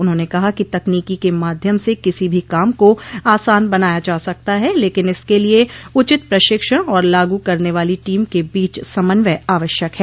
उन्होंने कहा कि तकनीकी के माध्यम से किसी भी काम को आसान बनाया जा सकता है लेकिन इसके लिये उचित प्रशिक्षण और लागू करने वाली टीम के बीच समन्वय आवश्यक है